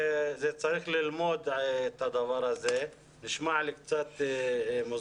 צריך ללמוד את הדבר הזה כי זה נשמע לי קצת מוזר.